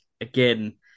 again